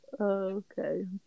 Okay